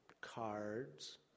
cards